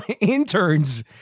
interns